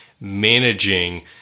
managing